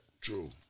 True